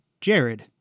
Jared